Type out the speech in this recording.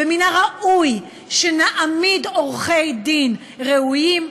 ומן הראוי שנעמיד עורכי דין ראויים,